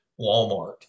Walmart